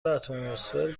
اتمسفر